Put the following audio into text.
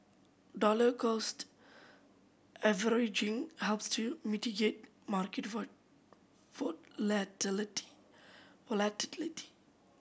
dollar cost averaging helps to mitigate market volatility